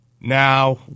Now